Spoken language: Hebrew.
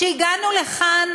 שהגענו לכאן,